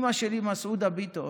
אימא שלי, מסעודה ביטון,